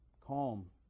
Calm